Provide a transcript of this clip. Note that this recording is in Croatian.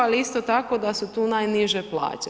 Ali isto tako da su tu najniže plaće.